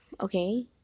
okay